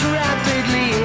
rapidly